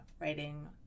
writing